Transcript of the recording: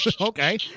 okay